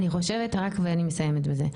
אני חושבת רק ואני מסיימת בזה,